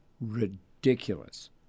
ridiculous